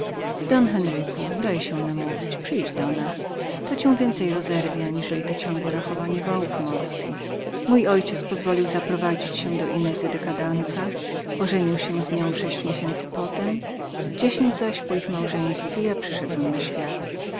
don henryku daj się namówić przyjdź do nas to cię więcej rozerwie aniżeli te ciągłe rachowanie wałów morskich mój ojciec pozwolił zaprowadzić się do inezy de ladonza ożenił się z nią w sześć miesięcy potem w dziesięć zaś po ich małżeństwie ja przyszedłem na świat